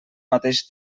mateix